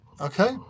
Okay